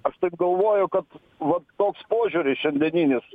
aš taip galvoju kad va toks požiūris šiandieninis